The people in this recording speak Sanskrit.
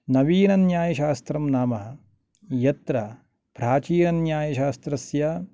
नवीनन्यायशास्त्रं नाम यत्र प्राचीनन्यायशास्त्रस्य